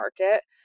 market